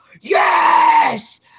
yes